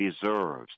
deserves